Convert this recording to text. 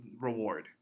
reward